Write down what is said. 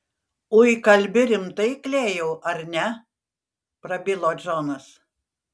ui kalbi rimtai klėjau ar ne prabilo džonas